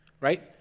right